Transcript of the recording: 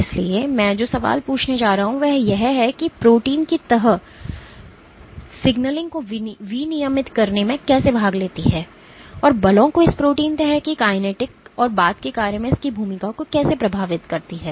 इसलिए मैं जो सवाल पूछने जा रहा हूं वह यह है कि प्रोटीन की तह सिग्नलिंग को विनियमित करने में कैसे भाग लेती है और बलों को इस प्रोटीन तह की काइनेटिक और बाद के कार्य में इसकी भूमिका को कैसे प्रभावित करती है